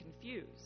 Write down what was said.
confused